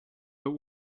but